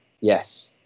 yes